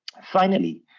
finally,